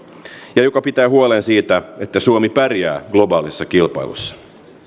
ja joka pitää huolen siitä että suomi pärjää globaalissa kilpailussa